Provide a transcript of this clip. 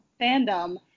fandom